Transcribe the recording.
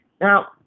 Now